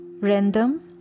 random